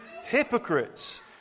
hypocrites